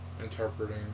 interpreting